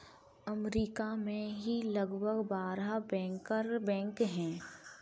अमरीका में ही लगभग बारह बैंकर बैंक हैं